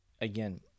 Again